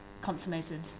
consummated